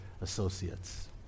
associates